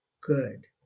Good